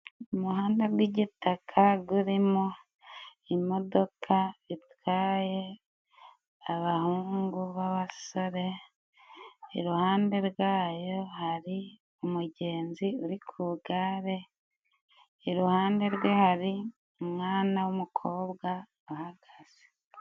Umuhanda gw'igitaka gurimo imodoka itwaye abahungu b'abasore, iruhande rwayo hari umugenzi uri ku gare, iruhande rwe hari umwana w'umukobwa uhagaze.